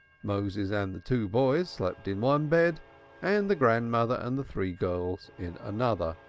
moses and the two boys slept in one bed and the grandmother and the three girls in another.